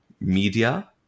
media